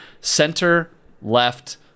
center-left